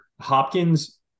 Hopkins